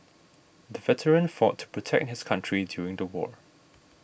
the veteran fought to protect his country during the war